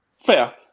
Fair